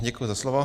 Děkuji za slovo.